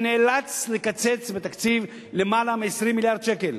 הוא היה נאלץ לקצץ בתקציב למעלה מ-20 מיליארד שקל.